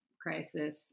crisis